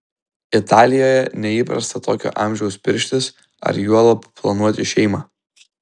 italijoje neįprasta tokio amžiaus pirštis ar juolab planuoti šeimą